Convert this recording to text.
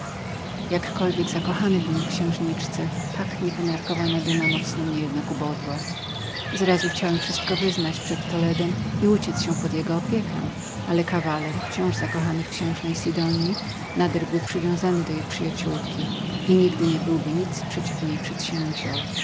jakkolwiek zakochany byłem w księżniczce tak niepomiarkowana jednak duma mocno mnie ubodła zrazu chciałem wszystko wyznać przed toledem i uciec się pod jego opiekę ale kawaler zawsze zakochany w księżnie sidonji nader był przywiązanym do jej przyjaciołki i nigdy nie byłby nic przeciw niej przedsięwziął